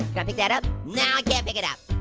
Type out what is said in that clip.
can i pick that up? no, i can't pick it up.